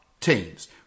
teams